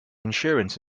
insurance